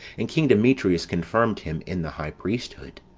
and king demetrius confirmed him in the high priesthood.